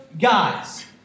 guys